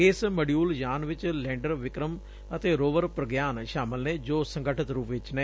ਇਸ ਮੋਡਿਉਲ ਯਾਨ ਵਿਚ ਲੈਂਡਰ ਵਿਕਰਮ ਅਤੇ ਰੋਵਰ ਪ੍ਰਗਿਆਨ ਸ਼ਾਮਲ ਨੇ ਜੋ ਸੰਗਠਿਤ ਰੁਪ ਚ ਨੇ